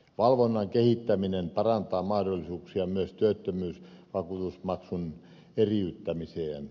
valvonnan kehittäminen parantaa mahdollisuuksia myös työttömyysvakuutusmaksun eriyttämiseen